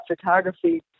photography